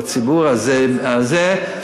לציבור הזה,